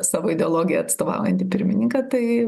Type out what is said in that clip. savo ideologiją atstovaujantį pirmininką tai